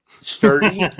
sturdy